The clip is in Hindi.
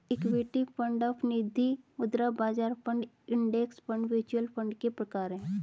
इक्विटी फंड ऋण निधिमुद्रा बाजार fund index fund mutual fund के प्रकार हैं